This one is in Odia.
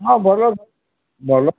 ହଁ ଭଲ ଭଲ